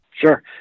Sure